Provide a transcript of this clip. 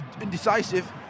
indecisive